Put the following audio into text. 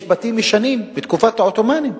יש בתים ישנים, מתקופת העות'מאנים.